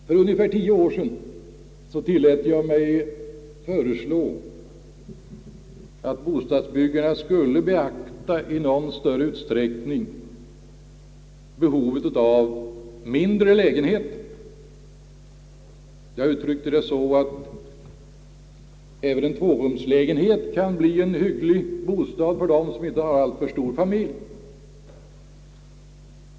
För ungefär tio år sedan tillät jag mig föreslå att bostadsbyggarna i något större utsträckning skulle beakta behovet av mindre lägenheter. Jag uttryckte det så att även en tvårumslägenhet kan bli en hygglig bostad för den som inte har alltför stor familj.